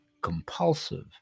compulsive